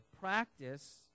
practice